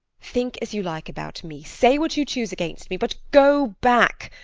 think as you like about me say what you choose against me, but go back,